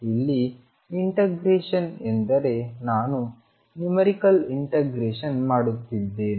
ಇಲ್ಲಿ ಇಂಟಿಗ್ರೇಶನ್ ಎಂದರೆ ನಾನು ನ್ಯುಮರಿಕಲ್ ಇಂಟಿಗ್ರೇಷನ್ ಮಾಡುತ್ತಿದ್ದೇನೆ